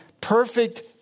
perfect